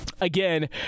again